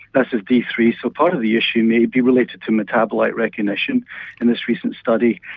this is d three so part of the issue may be related to metabolite recognition in this recent study.